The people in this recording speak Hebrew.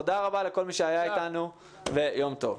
תודה רבה לכל מי שהיה איתנו ויום טוב.